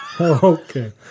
Okay